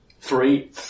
Three